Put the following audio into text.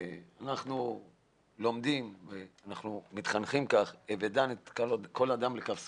אנחנו מתחנכים לדון כל אדם לכף זכות,